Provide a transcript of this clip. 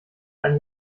ein